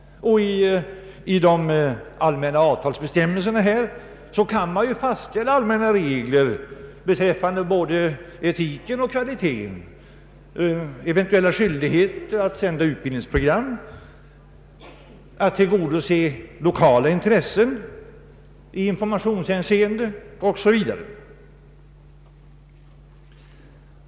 I de allmänna avtalsbestämmelserna kan man fastställa regler beträffande både etiken och kvaliteten, eventuella skyldigheter att sända utbildningsprogram, att tillgodose lokala intressen i informationshänseende 0. s. v.